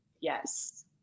Yes